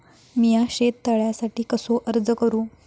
मीया शेत तळ्यासाठी कसो अर्ज करू?